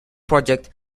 project